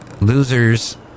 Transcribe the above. Losers